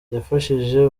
yafashije